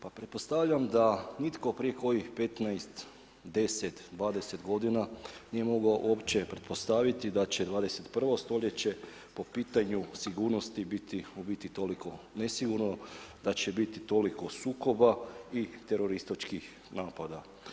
Pretpostavljam da nitko prije ovih 15, 10, 20 godina nije mogao uopće pretpostaviti da će 21. stoljeće po pitanju sigurnosti biti, u biti toliko nesigurno, da će biti toliko sukoba i terorističkih napada.